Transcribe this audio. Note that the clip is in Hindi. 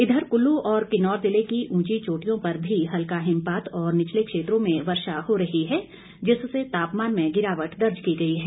इधर कुल्लू और किन्नौर ज़िले की ऊंची चोटियों पर भी हल्का हिमपात और निचले क्षेत्रों में वर्षा हो रही है जिससे तापमान में गिरावट दर्ज की गई है